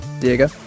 Diego